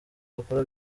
bakora